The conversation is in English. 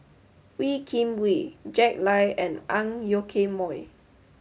Wee Kim Wee Jack Lai and Ang Yoke Mooi